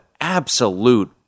absolute